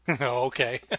okay